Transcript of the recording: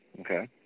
Okay